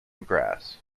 grass